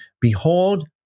Behold